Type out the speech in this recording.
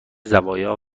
زوایا